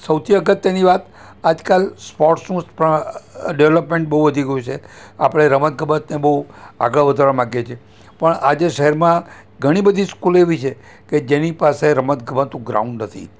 સૌથી અગત્યની વાત આજકાલ સ્પોર્ટ્સનું પણ ડેવલપમેન્ટ બહુ વધી ગયું છે આપણે રમત ગમતને બહુ આગળ વધારવા માગીએ છીએ પણ આજે શહેરમાં ઘણી બધી સ્કૂલો એવી છે કે જેની પાસે રમત ગમતનું ગ્રાઉન્ડ નથી